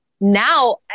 Now